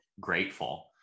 grateful